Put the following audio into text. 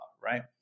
right